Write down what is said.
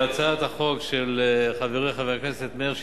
הצעת החוק של חברי חבר הכנסת מאיר שטרית,